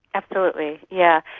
absolutely, yeah